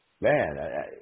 man